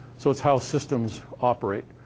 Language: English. so it's how systems operate.